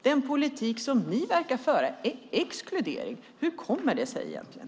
Den politik ni verkar föra är exkludering. Hur kommer det sig, egentligen?